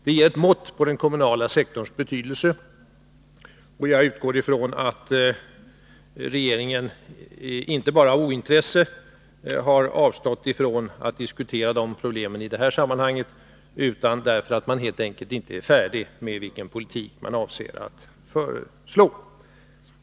Det ger ett mått på den kommunala sektorns betydelse. Jag utgår från att regeringen inte bara av ointresse har avstått från att diskutera dessa problem i detta sammanhang, utan därför att man helt enkelt inte är färdig med förslag i fråga om den politik man avser att föra.